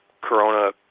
corona